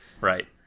right